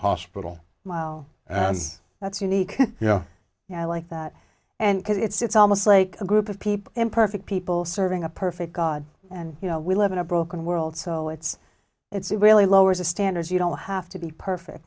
hospital mile and that's unique yeah you know like that and because it's almost like a group of people imperfect people serving a perfect god and you know we live in a broken world so it's it's really lowers the standards you don't have to be perfect